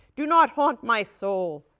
do not haunt my soul.